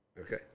Okay